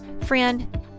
Friend